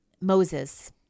Moses